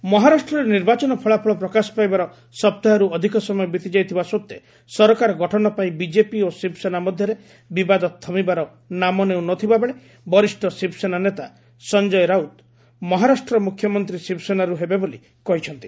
ମହା ସଞ୍ଜୟ ରାଉତ ମହାରାଷ୍ଟ୍ରରେ ନିର୍ବାଚନ ଫଳାଫଳ ପ୍ରକାଶ ପାଇବାର ସପ୍ତାହେରୁ ଅଧିକ ସମୟ ବିତିଯାଇଥିବା ସତ୍ତ୍ୱେ ସରକାର ଗଠନ ପାଇଁ ବିଜେପି ଓ ଶିବସେନା ମଧ୍ୟରେ ବିବାଦ ଥମିବାର ନାମ ନେଉଁ ନଥିବା ବେଳେ ବରିଷ୍ଠ ଶିବସେନା ନେତା ସଂଜୟ ରାଉତ ମହାରାଷ୍ଟ୍ର ମୁଖ୍ୟମନ୍ତ୍ରୀ ଶିବସେନାରୁ ହେବେ ବୋଲି କହିଚ୍ଛନ୍ତି